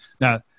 Now